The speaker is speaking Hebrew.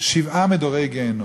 שבעה מדורי גיהינום.